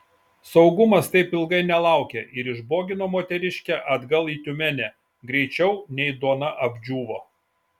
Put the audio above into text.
saugumas taip ilgai nelaukė ir išbogino moteriškę atgal į tiumenę greičiau nei duona apdžiūvo